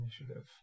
initiative